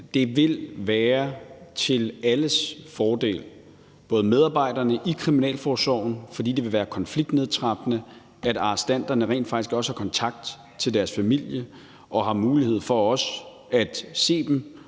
Det vil være til fordel for medarbejderne i kriminalforsorgen, fordi det vil være konfliktnedtrappende, at arrestanterne rent faktisk også har kontakt til deres familier og har mulighed for også at se dem